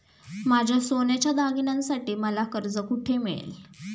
माझ्या सोन्याच्या दागिन्यांसाठी मला कर्ज कुठे मिळेल?